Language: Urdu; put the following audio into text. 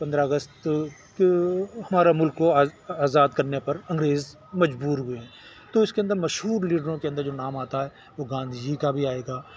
پندرہ اگست ہمارا ملک کو آزاد کرنے پر انگریز مجبور ہوئے ہیں تو اس کے اندر مشہور لیڈروں کے اندر جو نام آتا ہے وہ گاندھی جی کا بھی آئے گا